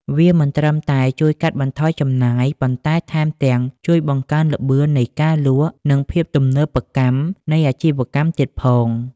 វាមិនត្រឹមតែជួយកាត់បន្ថយចំណាយ ប៉ុន្តែថែមទាំងជួយបង្កើនល្បឿននៃការលក់ និងភាពទំនើបកម្មនៃអាជីវកម្មទៀតផង។